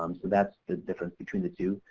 um so that's the difference between the two.